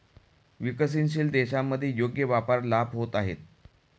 विकसनशील देशांमध्ये योग्य व्यापार लाभ होत आहेत